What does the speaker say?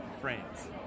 France